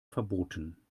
verboten